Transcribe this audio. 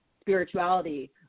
spirituality